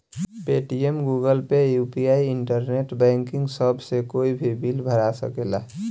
Paytm, Google pay, UPI, internet banking सभ से कोई भी बिल भरा सकेला